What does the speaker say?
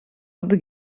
adi